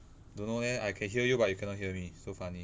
don't know eh I can hear you but you cannot hear me so funny